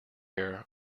here